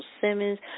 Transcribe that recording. Simmons